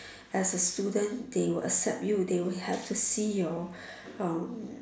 as a student they will accept you they will have to see your um